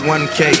1k